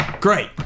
Great